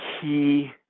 key